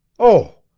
oh!